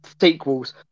sequels